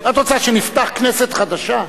את רוצה שנפתח כנסת חדשה?